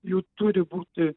jų turi būti